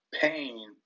Pain